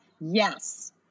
yes